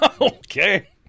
Okay